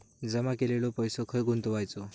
जमा केलेलो पैसो खय गुंतवायचो?